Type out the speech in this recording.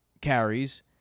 carries